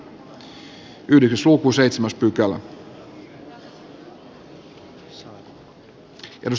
arvoisa puhemies